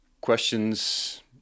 Questions